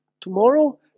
Tomorrow